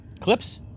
Clips